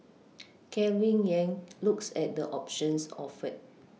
Calvin Yang looks at the options offered